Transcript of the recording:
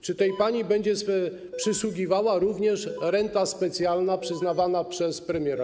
Czy tej pani będzie przysługiwała również renta specjalna przyznawana przez premiera?